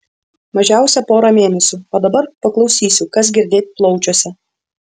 mažiausia porą mėnesių o dabar paklausysiu kas girdėt plaučiuose